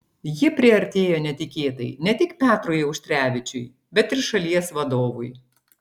ji priartėjo netikėtai ne tik petrui auštrevičiui bet ir šalies vadovui